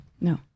No